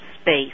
space